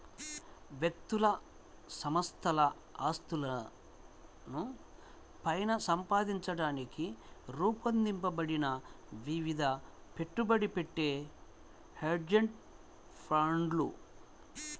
వ్యక్తులు సంస్థల ఆస్తులను పైన సంపాదించడానికి రూపొందించబడిన విధంగా పెట్టుబడి పెట్టే హెడ్జ్ ఫండ్లు